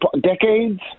decades